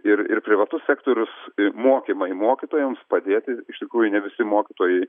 ir ir privatus sektorius mokymai mokytojams padėti iš tikrųjų ne visi mokytojai